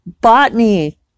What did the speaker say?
botany